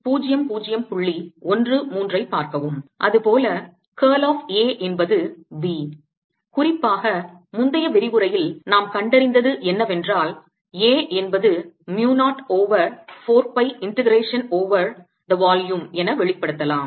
அதுபோல curl of A என்பது B குறிப்பாக முந்தைய விரிவுரையில் நாம் கண்டறிந்தது என்னவென்றால் A என்பது mu 0 over 4 pi integration over the volume என வெளிப்படுத்தலாம்